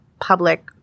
public